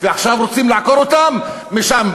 ועכשיו רוצים לעקור אותם משם.